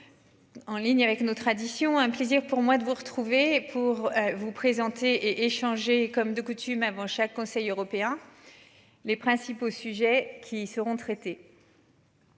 En ligne avec nos traditions. Un plaisir pour moi de vous retrouver pour. Vous présenter échanger comme de coutume avant chaque conseil européen. Les principaux sujets qui seront traités.